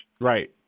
Right